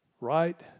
right